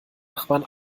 nachbarn